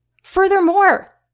Furthermore